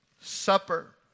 Supper